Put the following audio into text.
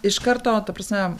iš karto ta prasme